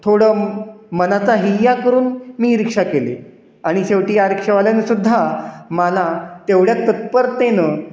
थोडं मनाचा हिय्या करून मी रिक्षा केली आणि शेवटी या रिक्षावाल्यानंसुद्धा मला तेवढ्या तत्परतेनं